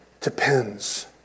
depends